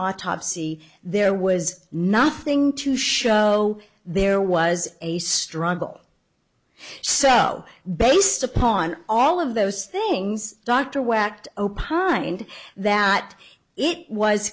autopsy there was nothing to show there was a struggle so based upon all of those things dr wecht opined that it was